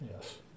Yes